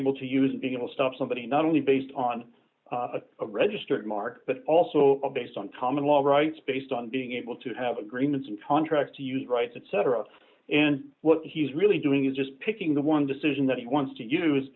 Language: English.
able to use being able to stop somebody not only based on a registered mark but also based on common law rights based on being able to have agreements and contract to use rights etc and what he's really doing is just picking the one decision that he wants to use